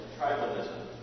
tribalism